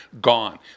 gone